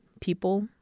people